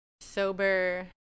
sober